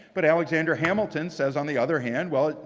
but alexander hamilton says, on the other hand, well,